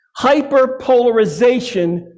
Hyperpolarization